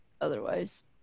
otherwise